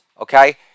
okay